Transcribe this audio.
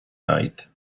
night